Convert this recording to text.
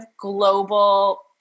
global